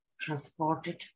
transported